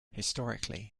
historically